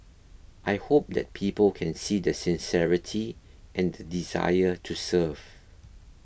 I hope that people can see the sincerity and the desire to serve